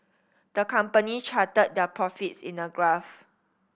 the company charted their profits in a graph